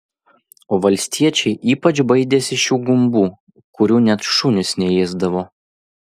o valstiečiai ypač baidėsi šių gumbų kurių net šunys neėsdavo